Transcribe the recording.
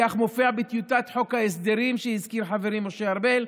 כך מופיע בטיוטת חוק ההסדרים שהזכיר חברי משה ארבל,